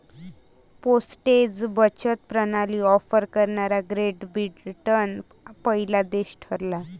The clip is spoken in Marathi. पोस्टेज बचत प्रणाली ऑफर करणारा ग्रेट ब्रिटन पहिला देश ठरला